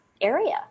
area